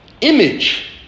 image